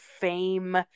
fame